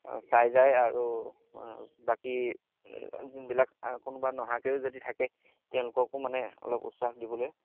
চাই যায় আৰু বাকী যোনবিলাক কোনোবা নহাকৈও যদি থাকে তেওঁলোককো মানে অলপ উৎসাহ দিবলৈ